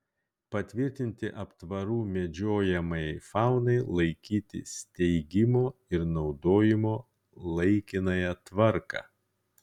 patvirtinti aptvarų medžiojamajai faunai laikyti steigimo ir naudojimo laikinąją tvarką